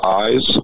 eyes